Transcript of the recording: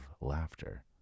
laughter